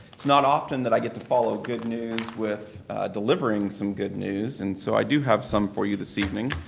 it's not often that i get to follow good news with delivering some good news and so i do have some for you this evening.